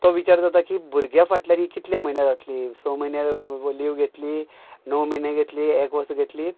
तो विचार जाता की भुरग्या फाटल्यान ही कितले म्हयने रावतली स म्हयने लीव घेतली णव म्हयने घेतली एक वर्स घेतली